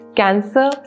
cancer